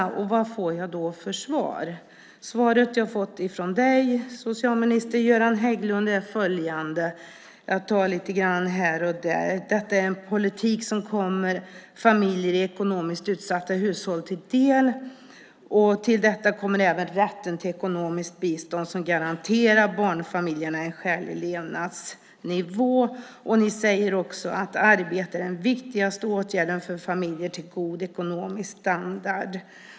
Vad får jag då för svar? Svaret jag har fått från socialminister Göran Hägglund är följande - jag tar lite grann här och där. "Detta är en del av den politik som kommer familjer i ekonomiskt utsatta hushåll till del. Till detta kommer även rätten till ekonomiskt bistånd som garanterar barnfamiljer en skälig levnadsnivå." Han säger också att "arbete är den viktigaste åtgärden" för familjer att få "god ekonomisk standard".